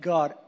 God